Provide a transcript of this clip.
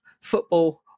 football